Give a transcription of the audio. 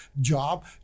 job